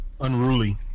unruly